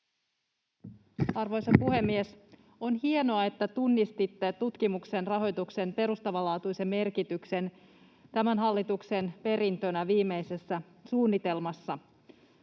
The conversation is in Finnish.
Arvoisa puhemies! On hienoa, että tunnistitte tutkimuksen rahoituksen perustavanlaatuisen merkityksen tämän hallituksen perintönä viimeisessä suunnitelmassa.